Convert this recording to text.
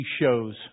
shows